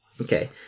Okay